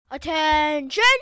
Attention